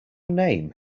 name